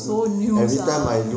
so new sia